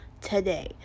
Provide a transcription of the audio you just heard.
today